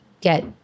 Get